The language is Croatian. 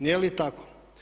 Nije li tako?